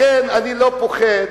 לכן אני לא פוחד